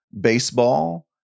baseball